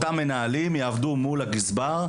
אותם המנהלים יעבדו מול הגזבר,